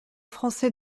français